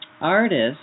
artists